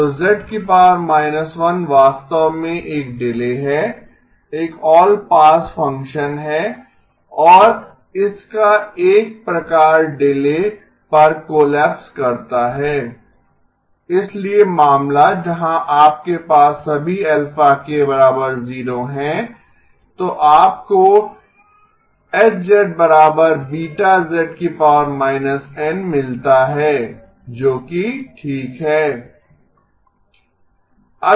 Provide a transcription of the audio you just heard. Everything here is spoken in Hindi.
तो z−1 वास्तव में एक डिले है एक ऑल पास फ़ंक्शन है और इसका एक प्रकार डिले पर कोलैप्स करता है इसलिए मामला जहां आपके पास सभी αk 0 है तो आपको H β z− N मिलता है जोकि ठीक है